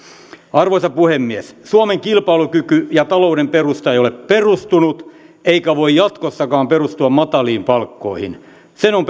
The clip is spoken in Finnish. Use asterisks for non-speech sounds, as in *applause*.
arvoisa puhemies suomen kilpailukyky ja talouden perusta ei ole perustunut eikä voi jatkossakaan perustua mataliin palkkoihin sen on *unintelligible*